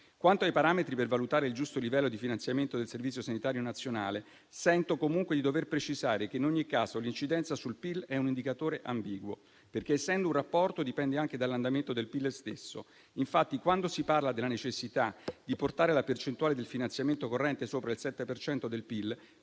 Quanto ai parametri per valutare il giusto livello di finanziamento del Servizio sanitario nazionale, sento comunque di dover precisare che in ogni caso l'incidenza sul PIL è un indicatore ambiguo perché, essendo un rapporto, dipende anche dall'andamento del PIL stesso. Infatti quando si parla della necessità di portare la percentuale del finanziamento corrente sopra il 7 per